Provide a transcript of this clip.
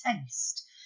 taste